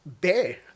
bear